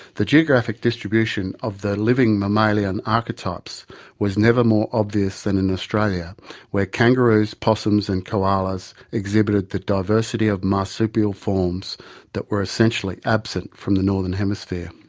the geographic distribution of the living mammalian archetypes was never more obvious than in australia where kangaroos, possums and koalas exhibited the diversity of marsupial forms that were essentially absent from the northern hemisphere.